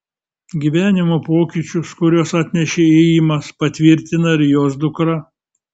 gyvenimo pokyčius kuriuos atnešė ėjimas patvirtina ir jos dukra